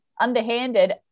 underhanded